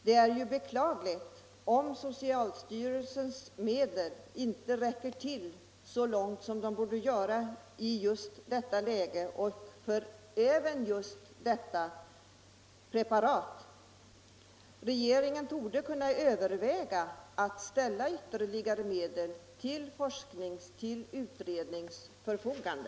Det är beklagligt om socialstyrelsens anslag i just detta läge inte räcker så långt som det borde göra. Regeringen borde överväga att ställa ytterligare medel till förfogande.